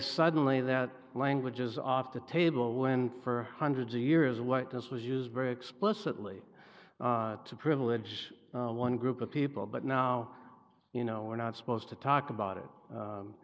today suddenly that language is off the table when for hundreds of years what this was used very explicitly to privilege one group of people but now you know we're not supposed to talk about it